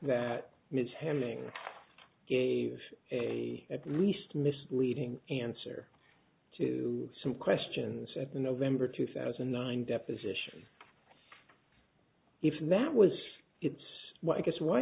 that mishandling gave a at least misleading answer to some questions at the november two thousand and nine deposition if that was it's what i guess why